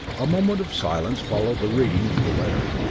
a moment of silence followed the reading of the letter.